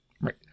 Right